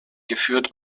geführt